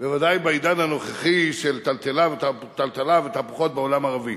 בוודאי בעידן הנוכחי של טלטלה ותהפוכות בעולם הערבי.